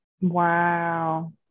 Wow